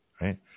right